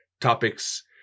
topics